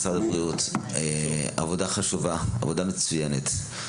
משרד הבריאות, עבודה חשובה ומצוינת.